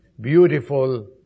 beautiful